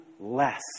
less